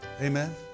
Amen